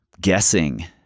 guessing